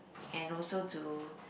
and also to